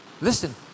Listen